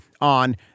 on